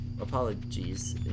apologies